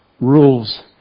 rules